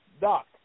Doc